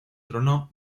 trono